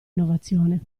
innovazione